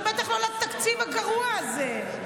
ובטח שלא לתקציב הגרוע הזה.